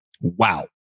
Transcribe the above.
Wow